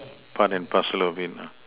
part and parcel of it lah